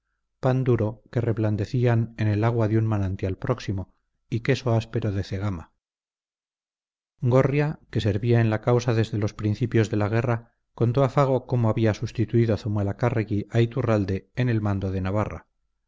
pan duro que reblandecían en el agua de un manantial próximo y queso áspero de cegama gorria que servía en la causa desde los principios de la guerra contó a fago cómo había sustituido zumalacárregui a iturralde en el mando de navarra